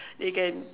they can